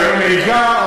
רישיון נהיגה,